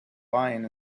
lying